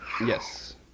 Yes